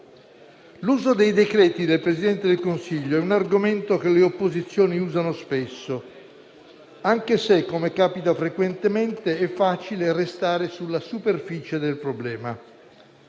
L'uso dei decreti del Presidente del Consiglio è un argomento che le opposizioni usano spesso, anche se, come capita frequentemente, è facile restare sulla superficie del problema.